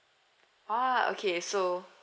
!wah! okay so